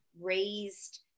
raised